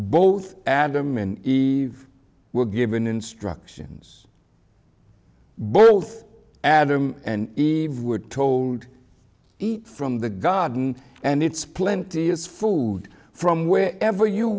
both adam and eve were given instructions both adam and eve were told eat from the god and it's plenty as food from where ever you